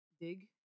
Dig